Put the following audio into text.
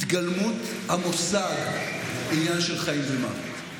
התגלמות המושג "עניין של חיים ומוות".